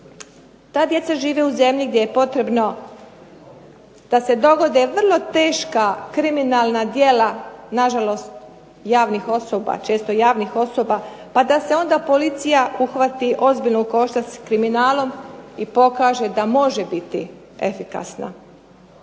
Ta djeca žive u zemlji gdje je potrebno da se dogode vrlo teška kriminalna djela, nažalost javnih osoba, često javnih osoba pa da se onda policija uhvati ozbiljno u koštac s kriminalom i pokaže da može biti efikasna.